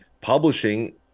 publishing